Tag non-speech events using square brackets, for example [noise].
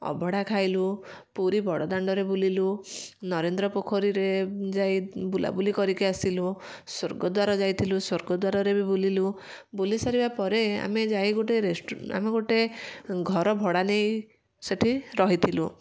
ଅଭଡ଼ା ଖାଇଲୁ ପୁରୀ ବଡ଼ଦାଣ୍ଡରେ ବୁଲିଲୁ ନରେନ୍ଦ୍ର ପୋଖରୀରେ ଯାଇ ବୁଲାବୁଲି କରିକି ଆସିଲୁ ସ୍ୱର୍ଗଦ୍ୱାର ଯାଇଥିଲୁ ସ୍ୱର୍ଗଦ୍ୱାରରେ ବି ବୁଲିଲୁ ବୁଲି ସାରିବା ପରେ ଆମେ ଯାଇ ଗୋଟେ [unintelligible] ଆମେ ଗୋଟେ ଘର ଭଡ଼ା ନେଇ ସେଠି ରହିଥିଲୁ